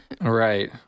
Right